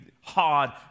hard